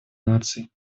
наций